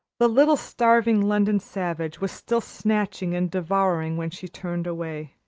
the little starving london savage was still snatching and devouring when she turned away.